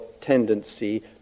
tendency